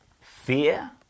fear